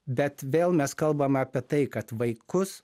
bet vėl mes kalbam apie tai kad vaikus